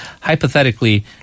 hypothetically